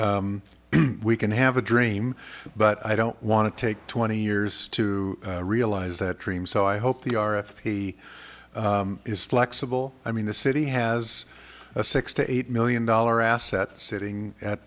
think we can have a dream but i don't want to take twenty years to realize that dream so i hope the r f p is flexible i mean the city has a six to eight million dollar asset sitting at